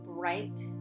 bright